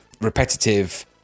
Repetitive